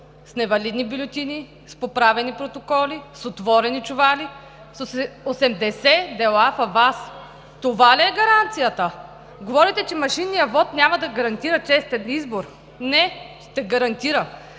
с невалидни бюлетини, с поправени протоколи, с отворени чували, с 80 дела във ВАС? Това ли е гаранцията? Говорите, че машинният вот няма да гарантира честен избор? Не – ще гарантира!